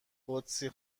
قدسی